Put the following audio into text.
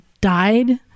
died